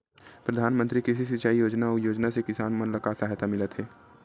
प्रधान मंतरी कृषि सिंचाई योजना अउ योजना से किसान मन ला का सहायता मिलत हे?